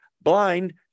blind